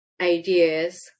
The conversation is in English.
ideas